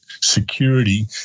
security